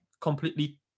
completely